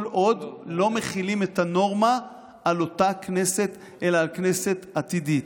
כל עוד לא מחילים את הנורמה על אותה כנסת אלא על כנסת עתידית.